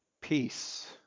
peace